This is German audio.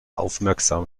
aufmerksam